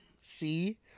see